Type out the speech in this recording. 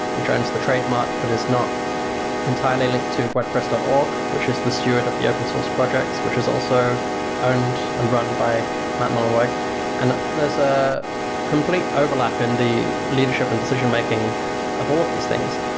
which owns the trademark, but is not entirely linked to wordpress dot org, which is the steward of the open-source projects, which is also owned and run by matt mullenweg and there's a complete overlap in the leadership and decision-making of all of these things,